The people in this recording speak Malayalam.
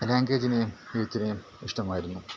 ലാംഗ്വേജിനേയും എഴുത്തിനെയും ഇഷ്ടമായിരുന്നു